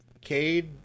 Cade